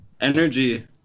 energy